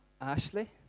Ashley